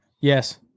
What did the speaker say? Yes